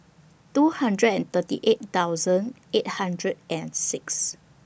two hundred and thirty eight thousand eight hundred and six